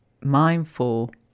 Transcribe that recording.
mindful